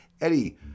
Eddie